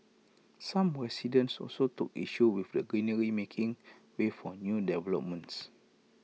some residents also took issue with the greenery making way for new developments